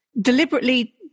Deliberately